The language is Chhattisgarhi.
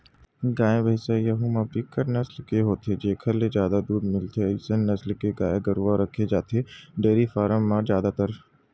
गाय, भइसी यहूँ म बिकट नसल के होथे जेखर ले जादा दूद मिलथे अइसन नसल के गाय गरुवा रखे जाथे डेयरी फारम म जादातर